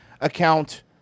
account